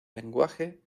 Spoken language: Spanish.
lenguaje